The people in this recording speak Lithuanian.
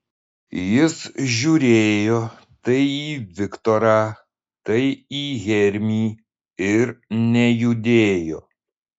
jis žiūrėjo tai į viktorą tai į hermį ir nejudėjo